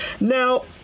now